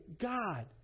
God